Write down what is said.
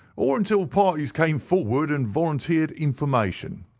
or until parties came forward and volunteered information.